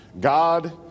God